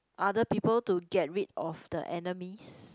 other people to get rid of the enemies